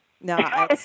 No